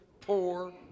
poor